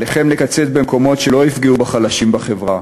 עליכם לקצץ במקומות שלא יפגעו בחלשים בחברה,